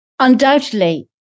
Undoubtedly